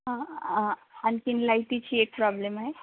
आ आ आणखी लायटीची एक प्रॉब्लेम आहे